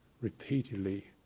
repeatedly